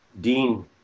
Dean